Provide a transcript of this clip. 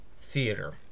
theater